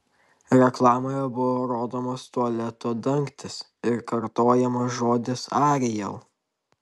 reklamoje buvo rodomas tualeto dangtis ir kartojamas žodis ariel